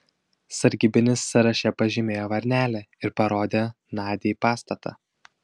sargybinis sąraše pažymėjo varnelę ir parodė nadiai pastatą